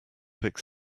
pick